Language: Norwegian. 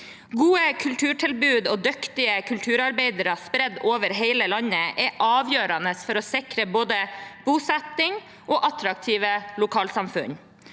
Gode kulturtilbud og dyktige kulturarbeidere spredt over hele landet er avgjørende for å sikre både bosetting og attraktive lokalsamfunn.